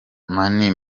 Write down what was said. mani